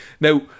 Now